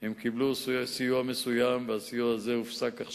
היכולת שלהם לסייע לאוכלוסיית צד"ל היא בעייתית.